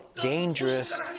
dangerous